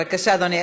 בבקשה, אדוני.